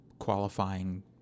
qualifying